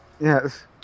Yes